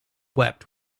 wept